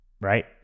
right